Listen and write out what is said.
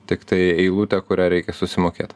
tiktai eilutė kurią reikia susimokėt